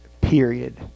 period